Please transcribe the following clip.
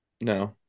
no